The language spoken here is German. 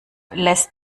lässt